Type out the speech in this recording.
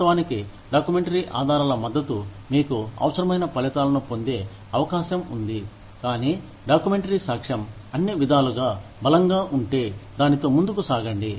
వాస్తవానికి డాక్యుమెంటరీ ఆధారాల మద్దతు మీకు అవసరమైన ఫలితాలను పొందే అవకాశం ఉంది కానీ డాక్యుమెంటరీ సాక్ష్యం అన్ని విధాలుగా బలంగా ఉంటే దానితో ముందుకు సాగండి